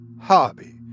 hobby